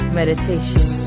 meditation